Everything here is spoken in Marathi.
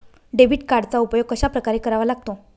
डेबिट कार्डचा उपयोग कशाप्रकारे करावा लागतो?